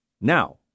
Now